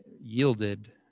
yielded